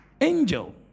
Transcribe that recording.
Angel